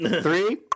Three